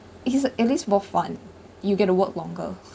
it's at least more fun you get to work longer